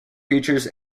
features